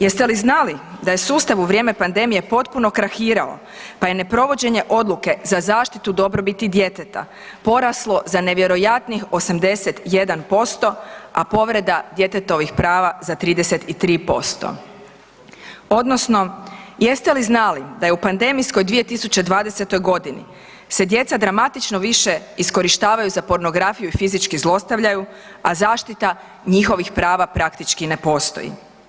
Jeste li znali da je sustav u vrijeme pandemije potpuno krahirao pa je neprovođenje odluke za zaštitu dobrobiti djeteta poraslo za nevjerojatnih 81%, a povreda djetetovih prava za 33%, odnosno jeste li znali da je u pademijskoj 2020. g. se djeca dramatično više iskorištavaju za pornografiju i fizički zlostavljaju, a zaštita njihovih prava praktički ne postoji?